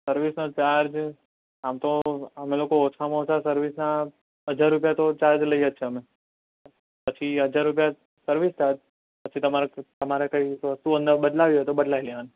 સર્વિસનો ચાર્જ આમ તો અમે લોકો ઓછામાં ઓછા સર્વિસના હજાર રૂપિયા તો ચાર્જ લઈએ જ છીએ અમે પછી હજાર રૂપિયા સર્વિસ ચાર્જ પછી તમારે તમારે કંઈક વસ્તુ અંદર બદલાવવી હોય તો બદલાવી લેવાની